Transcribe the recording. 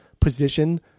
position